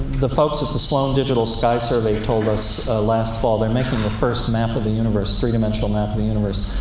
the folks at the sloan digital sky survey told us last fall they're making the first map of the universe, three-dimensional map of the universe